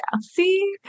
See